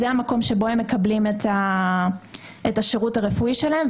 זה המקום שבו הם מקבלים את השירות הרפואי שלהם,